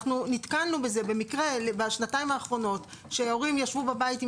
אנחנו נתקלנו בזה במקרה בשנתיים האחרונות שהורים ישבו בבית עם